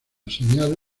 señal